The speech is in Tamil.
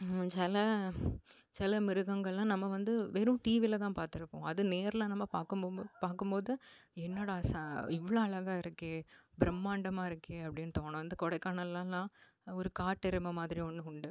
சில சில மிருகங்கள்லாம் நம்ம வந்து வெறும் டிவியில தான் பார்த்துருப்போம் அது நேர்ல நம்ம பார்க்க போம்போ பார்க்கும் போது என்னடா சா இவ்வளோ அழகா இருக்கே பிரம்மாண்டமாக இருக்கே அப்படினு தோணும் அந்த கொடைக்கானல்லலாம் ஒரு காட்டெருமை மாதிரி ஒன்று உண்டு